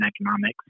economics